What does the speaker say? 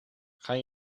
gaan